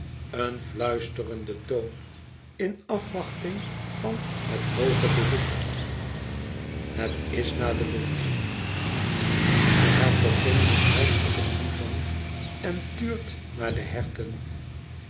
een fluisterende toon in afwachting van het hooge bezoek het is na het lunch de hertogin ligt half op een divan en tuurt naar de herten